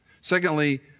Secondly